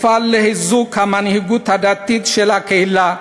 אפעל לחיזוק המנהיגות הדתית של הקהילה,